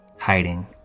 hiding